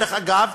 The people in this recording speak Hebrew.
דרך אגב,